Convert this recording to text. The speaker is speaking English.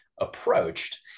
approached